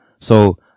So-